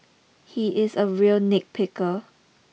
he is a real nitpicker